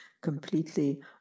completely